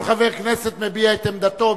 כל חבר כנסת מביע את עמדתו,